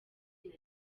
leta